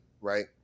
right